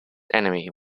enemy